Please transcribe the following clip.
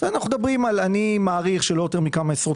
אני מעריך שאנחנו מדברים על לא יותר מכמה עשרות